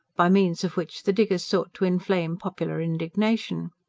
by means of which the diggers sought to inflame popular indignation.